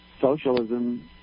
socialism